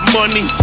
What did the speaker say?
money